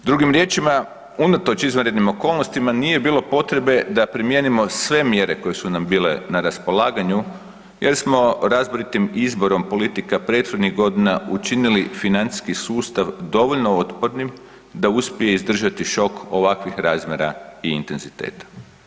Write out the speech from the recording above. Drugim riječima, unatoč izvanrednim okolnostima nije bilo potrebe da primijenimo sve mjere koje su nam bile na raspolaganju, jer smo razboritim izborom politika prethodnih godina učinili financijski sustav dovoljno otpornim da uspije izdržati šok ovakvih razmjera i intenziteta.